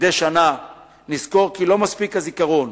מדי שנה נזכור כי לא מספיק הזיכרון,